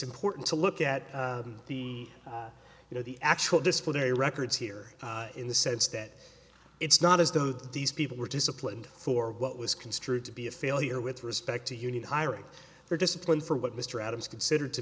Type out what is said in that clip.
important to look at the you know the actual disciplinary records here in the sense that it's not as though these people were disciplined for what was construed to be a failure with respect to union hiring their discipline for what mr adams considered to